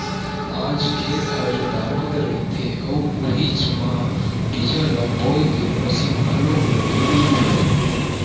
आज खेत ह जोतावत रहिथे अउ उहीच म बीजा ल बोए के मसीन घलोक लगे रहिथे